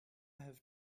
have